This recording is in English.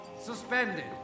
suspended